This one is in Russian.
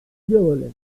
делали